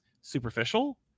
superficial